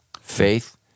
Faith